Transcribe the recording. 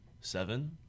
Seven